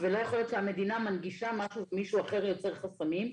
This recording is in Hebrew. ולא יכול להיות שהמדינה מנגישה משהו ומישהו אחר יוצר חסמים.